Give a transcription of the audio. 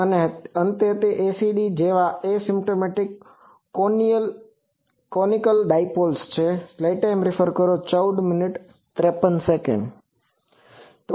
અને અંતે ACD જે આ એસિમ્પટોટિક કોનિકલ ડાયપોલ છે